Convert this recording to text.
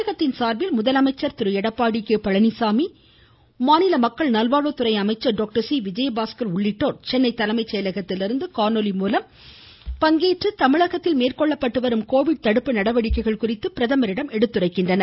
தமிழகத்தின் சார்பில் முதலமைச்சர் திரு எடப்பாடி கே பழனிச்சாமி சுகாதாரத்துறை அமைச்சர் டாக்டர் சி விஜயபாஸ்கர் உள்ளிட்டோர் சென்னை தலைமைச் செயலகத்திலிருந்து காணொலி மூலம் இக்கூட்டத்தில் பங்கேற்று தமிழகத்தில் மேற்கொள்ளப்பட்டு வரும் கோவிட் தடுப்பு நடவடிக்கைகள் குறித்து பிரதமரிடம் எடுத்துரைக்கின்றனர்